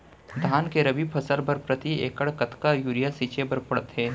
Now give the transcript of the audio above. धान के रबि फसल बर प्रति एकड़ कतका यूरिया छिंचे बर पड़थे?